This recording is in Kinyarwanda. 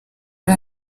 ari